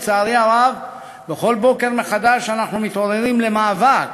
לצערי הרב, בכל בוקר מחדש אנחנו מתעוררים למאבק,